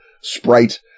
sprite